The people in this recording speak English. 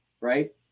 right